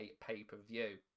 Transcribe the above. pay-per-view